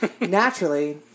Naturally